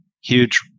huge